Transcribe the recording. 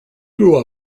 grew